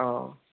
आह